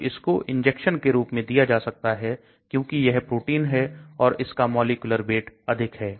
तो इसको इंजेक्शन के रूप में दिया जा सकता है क्योंकि यह प्रोटीन है और इसका मॉलिक्यूलर वेट अधिक है